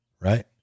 right